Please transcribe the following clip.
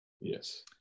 Yes